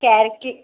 క్యార్కి